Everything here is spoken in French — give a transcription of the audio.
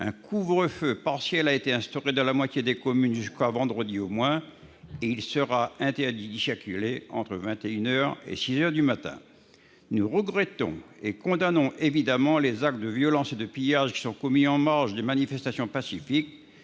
Un couvre-feu partiel a été instauré dans la moitié des communes jusqu'à vendredi au moins. Il sera interdit d'y circuler entre vingt et une heures et six heures du matin. Si nous déplorons et condamnons évidemment les actes de violence et les pillages commis en marge des manifestations pacifiques,